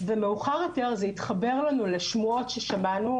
ומאוחר יותר זה התחבר לנו לשמועות ששמענו,